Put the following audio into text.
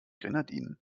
grenadinen